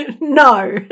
No